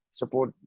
support